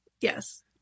Yes